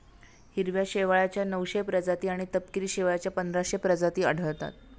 हिरव्या शेवाळाच्या नऊशे प्रजाती आणि तपकिरी शेवाळाच्या पंधराशे प्रजाती आढळतात